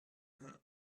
mach